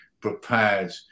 prepared